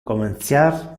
comenciar